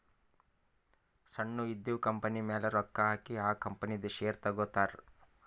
ಸಣ್ಣು ಇದ್ದಿವ್ ಕಂಪನಿಮ್ಯಾಲ ರೊಕ್ಕಾ ಹಾಕಿ ಆ ಕಂಪನಿದು ಶೇರ್ ತಗೋತಾರ್